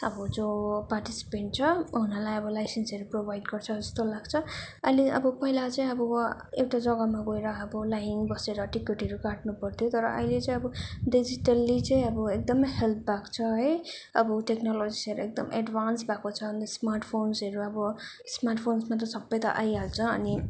अब जो पार्टिसिपेन्ट छ उनीहरूलाई अब लाइसेन्सहरू प्रोभाइड गर्छ जस्तो लाग्छ अहिले अब पहिला चाहिँ अब एउटा जगामा गएर अब लाइन बसेर टिकटहरू काट्नुपर्थ्यो तर अहिले चाहिँ अब डिजिटली चाहिँ अब एकदमै हेल्प भएको छ है अब टेक्नोलजिस एकदम एडभान्स भएको छ स्मार्ट फोन्सहरू अब स्मार्ट फोनमा त सबै त आइहाल्छ अनि